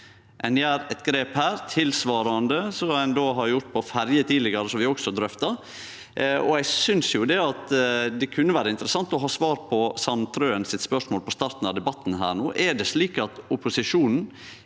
Ein gjer eit grep her tilsvarande det ein har gjort på ferjer tidlegare, som vi også har drøfta. Eg synest at det kunne vere interessant å få svar på Sandtrøen sitt spørsmål på starten av debatten her: Er det slik at opposisjonen